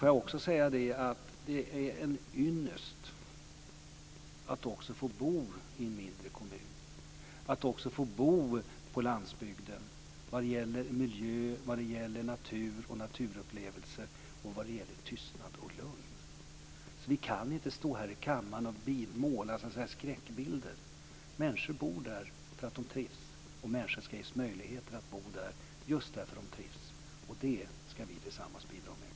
Jag vill också säga att det är en ynnest att få bo i en mindre kommun och att få bo på landsbygden när det gäller miljö, natur och naturupplevelser och när det gäller tystnad och lugn. Så vi kan inte stå här i kammaren och måla skräckbilder. Människor bor där därför att de trivs, och människor ska ges möjligheter att bo där just därför att de trivs. Och det ska vi tillsammans bidra med.